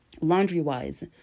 laundry-wise